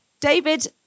David